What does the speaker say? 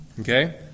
Okay